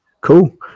Cool